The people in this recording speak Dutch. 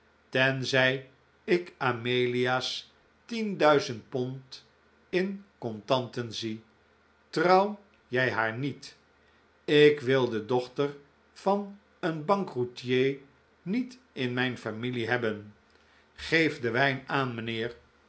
tenzij ik amelia's tien duizend pond in contanten zie trouw jij haar niet ik wil de dochter van een bankroetier niet in mijn familie hebben geef den wijn aan mijnheer